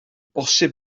bosib